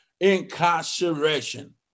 incarceration